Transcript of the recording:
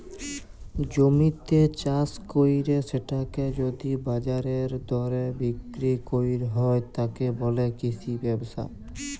জমিতে চাস কইরে সেটাকে যদি বাজারের দরে বিক্রি কইর হয়, তাকে বলে কৃষি ব্যবসা